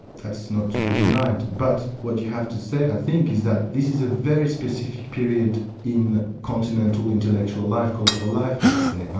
that's not to be denied. but what you have to say i think is that this is a very specific period in continental intellectual life, cultural life, let's say,